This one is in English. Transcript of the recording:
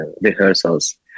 rehearsals